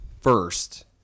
first